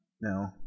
no